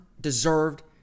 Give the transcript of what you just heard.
deserved